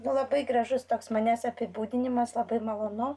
labai gražus toks manęs apibūdinimas labai malonu